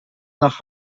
nach